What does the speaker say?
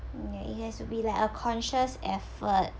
ya it has to be like a conscious effort